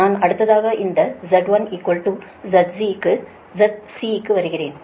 நான் அடுத்ததாக இந்த Z1 your ZC க்கு வருகிறேன்